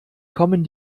kommen